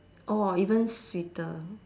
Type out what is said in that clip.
orh even sweeter